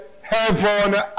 heaven